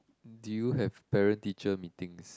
do you have parent teacher Meetings